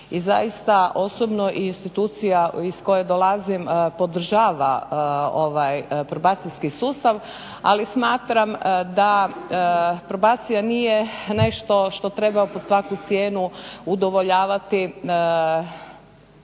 i zaista osobno i institucija iz koje dolazim podržava ovaj probacijski sustav, ali smatram da probacija nije nešto što treba po svaku cijenu udovoljavati